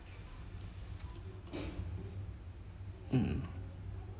mm